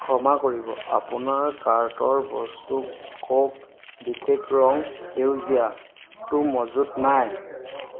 ক্ষমা কৰিব আপোনাৰ কাৰ্টৰ বস্তু ক'ক বিশেষ ৰং সেউজীয়াটো মজুত নাই